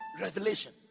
Revelation